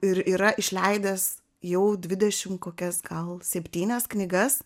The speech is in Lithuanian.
ir yra išleidęs jau dvidešimt kokias gal septynias knygas